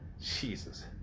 Jesus